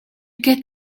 get